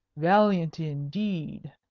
valiant, indeed!